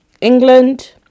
England